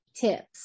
tips